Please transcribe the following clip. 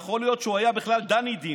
יכול להיות שהוא היה בכלל דני דין,